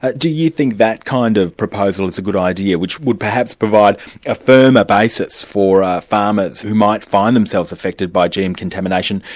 ah do you think that kind of proposal is a good idea, which would perhaps provide a firmer basis for farmers who might find themselves affected by gm contamination,